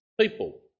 people